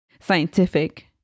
scientific